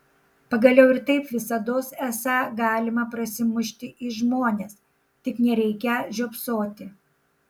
pagaliau ir taip visados esą galima prasimušti į žmones tik nereikią žiopsoti